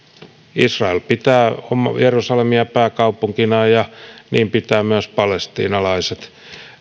israel pitää jerusalemia pääkaupunkina ja niin pitävät myös palestiinalaiset